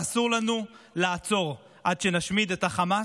ואסור לנו לעצור עד שנשמיד את החמאס,